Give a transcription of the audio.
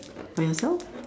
by yourself